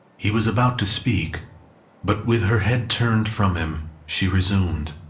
he was about to speak but with her head turned from him, she resumed.